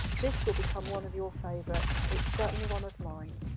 this will become one of your favourites it's certainly one of mine.